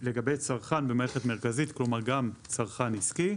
לגבי צרכן במערכת מרכזית, כלומר גם צרכן עסקי,